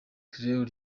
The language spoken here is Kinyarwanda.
crew